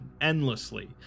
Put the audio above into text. endlessly